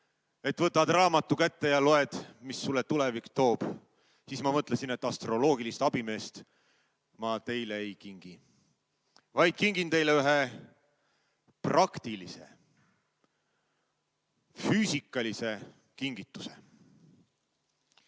et võtad raamatu kätte ja loed, mis sulle tulevik toob, siis ma mõtlesin, et "Astroloogilist abimeest" ma teile ei kingi, kingin teile ühe praktilise füüsikalise kingituse.